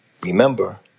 Remember